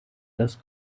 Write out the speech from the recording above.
das